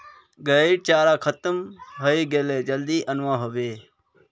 गाइर चारा खत्म हइ गेले जल्दी अनवा ह बे